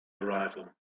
arrival